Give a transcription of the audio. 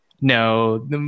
no